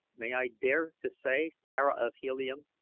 may i dare to say, tara of helium,